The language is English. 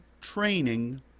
training